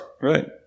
right